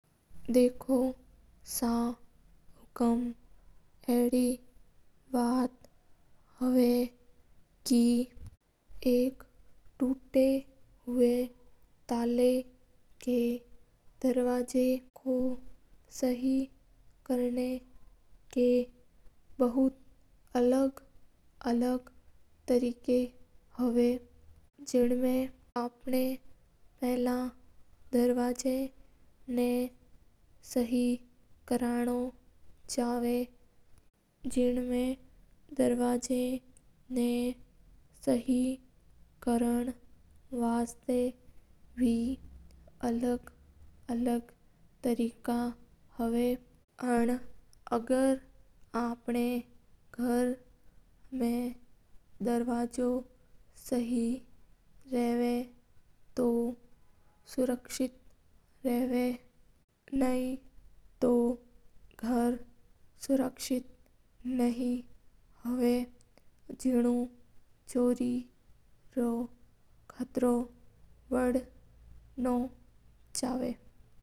देखो सा हुकूम अडी बात हा के एक टूटा हुआ ताला का दरवाजा ने ठिक करना का लेया बौत अलग-अलग तरीका हा। जिन मा दरवाजा न ठिक कर ना वास्ता अलग-अलग तरीका हावा हा आपणा गर रो दरवाजो शी रवा तो आपणा गर बे सुरक्षित रवा और गर मा चोरी बे नइ होवा हा।